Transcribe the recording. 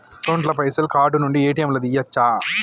Account ల పైసల్ card నుండి ఏ.టి.ఎమ్ లా తియ్యచ్చా?